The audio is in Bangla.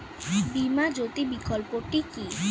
বীমা জ্যোতি প্রকল্পটি কি?